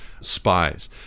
spies